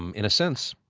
um in a sense,